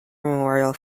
memorial